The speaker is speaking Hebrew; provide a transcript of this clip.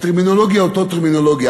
הטרמינולוגיה היא אותה טרמינולוגיה,